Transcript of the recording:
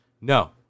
No